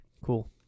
Cool